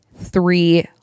three